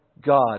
God